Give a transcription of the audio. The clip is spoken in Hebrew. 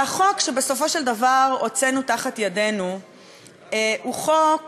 והחוק שבסופו של דבר הוצאנו מתחת ידינו הוא חוק